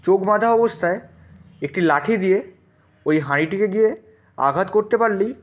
চোখ বাঁধা অবস্থায় একটি লাঠি দিয়ে ওই হাঁড়িটিকে গিয়ে আঘাত করতে পারলেই